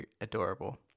adorable